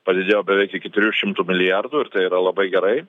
padidėjo beveik iki trijų šimtų milijardų ir tai yra labai gerai